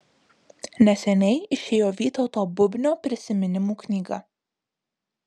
neseniai išėjo vytauto bubnio prisiminimų knyga